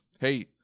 hey